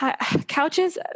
Couches